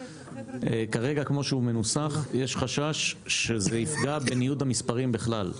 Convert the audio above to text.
כרגע כמו שהוא מנוסח יש חשש שזה יפגע בניוד המספרים בכלל.